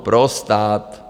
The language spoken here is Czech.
Pro stát.